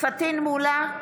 פטין מולא,